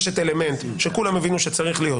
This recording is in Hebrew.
יש אלמנט שכולם הבינו שצריך להיות,